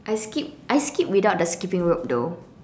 I skip I skip without the skipping rope though